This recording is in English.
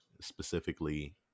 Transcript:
specifically